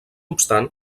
obstant